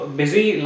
busy